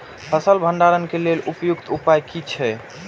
फसल भंडारण के लेल उपयुक्त उपाय कि छै?